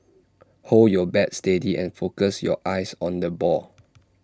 hold your bat steady and focus your eyes on the ball